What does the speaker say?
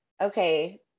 okay